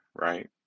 right